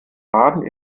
baden